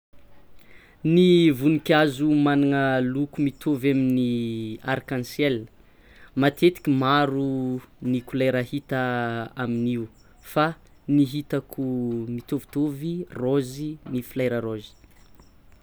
Ny voninkazo managna loko mitovy amin'ny arc en ciel matetiky maro ny couleur hita amin'io fa ny hitako mitôvitôvy raozy ny fleur raozy.